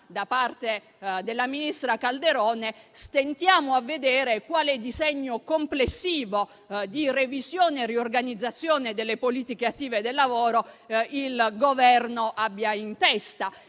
da parte della ministra Calderone, stentiamo a vedere quale disegno complessivo di revisione e riorganizzazione delle politiche attive del lavoro il Governo abbia in testa.